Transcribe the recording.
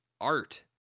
Art